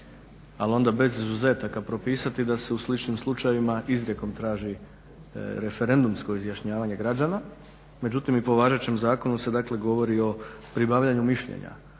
ali onda bez izuzetaka propisati da se u sličnim slučajevima izrijekom traži referendumsko izjašnjavanje građana, međutim i po važećem zakonu se govori o pribavljanju mišljenja.